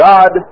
God